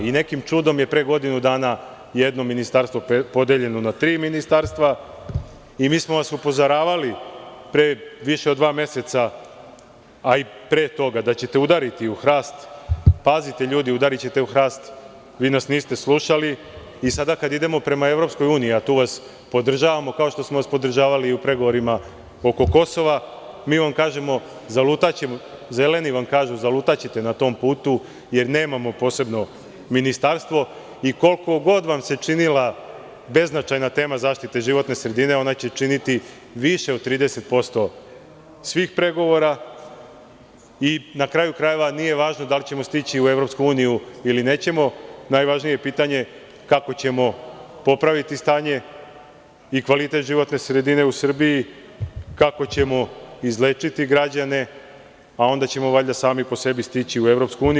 Nekim čudom je pre godinu dana neko ministarstvo podeljeno na tri ministarstva i mi smo vas upozoravali pre više od dva meseca, a i pre toga da ćete udariti u hrast, pazite ljudi udarićete u hrast, vi nas niste slušali i sada kada idemo prema EU, a tu vas podržavamo, kao što smo vas podržavali u pregovorima oko Kosova, „zeleni“ vam kažu zalutaćete na tom putu, jer nemamo posebno ministarstvo i koliko god vam se činila beznačajna tema zaštite životne sredine, ona će činiti više od 30% svih pregovora i na kraju krajeva, nije važno da li ćemo stići u EU, ili nećemo, najvažnije je pitanje kako ćemo popraviti stanje i kvalitet životne sredine u Srbiji, kako ćemo izlečiti građane, a onda ćemo valjda sami po sebi stići i u EU.